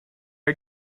are